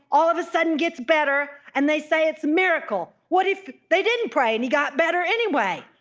all of a sudden gets better, and they say it's a miracle. what if they didn't pray, and he got better anyway?